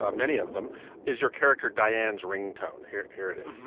um many of them is your character diane's ringtone here. here it is